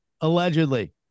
Allegedly